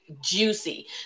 juicy